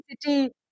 city